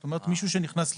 זאת אומרת מישהו שנכנס לשבוע,